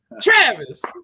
Travis